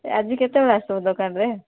ଆଜି କେତେବେଳେ ଆସିବ ଦୋକାନରେ